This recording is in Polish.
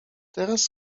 teraz